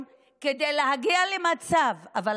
אני,